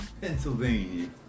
Pennsylvania